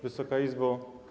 Wysoka Izbo!